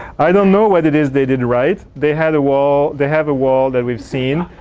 don't know what it is they did right. they had a wall they have a wall that we've seen.